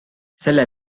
selle